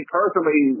personally